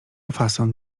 fason